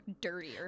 dirtier